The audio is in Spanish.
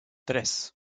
tres